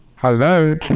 Hello